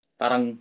parang